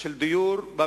של דיור.